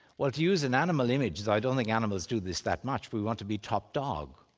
well to use an animal image, i don't think animals do this that much, we want to be top dog.